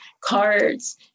cards